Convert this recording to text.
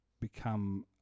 become